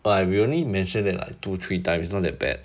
well we only mentioned that like two three times not that bad